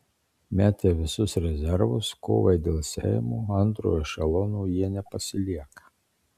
metę visus rezervus kovai dėl seimo antrojo ešelono jie nepasilieka